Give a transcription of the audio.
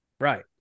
Right